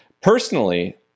Personally